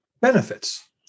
benefits